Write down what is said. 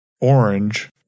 orange